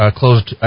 closed